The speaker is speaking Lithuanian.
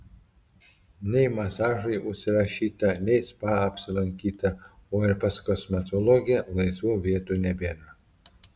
nei masažui užsirašyta nei spa apsilankyta o ir pas kosmetologę laisvų vietų nebėra